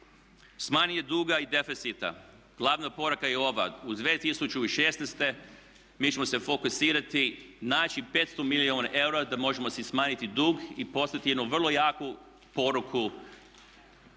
Smanjenje duga i deficita, glavna poruka je ova, u 2016. mi ćemo se fokusirati i naći 500 milijuna eura da možemo si smanjiti dug i poslati jednu vrlo jaku poruku